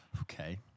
Okay